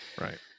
right